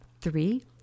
Three